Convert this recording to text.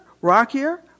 rockier